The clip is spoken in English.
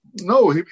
No